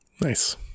Nice